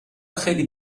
خیلی